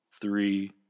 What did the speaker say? three